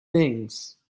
things